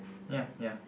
ya ya